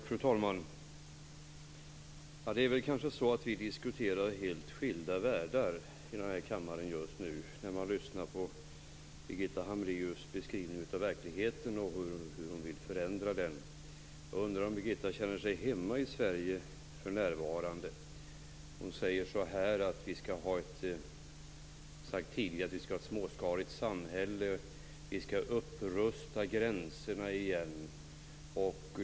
Fru talman! Det kanske är så att vi diskuterar helt skilda världar i den här kammaren just nu. Det är det intryck man får när man lyssnar till Birgitta Hambraeus beskrivning av verkligheten och hur hon vill förändra den. Jag undrar om Birgitta känner sig hemma i Sverige för närvarande. Hon säger att vi skall ha ett småskaligt samhälle och att vi skall upprusta gränserna igen.